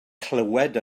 clywed